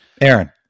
Aaron